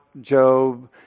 Job